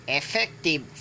effective